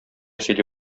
сөйли